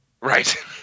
Right